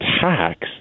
tax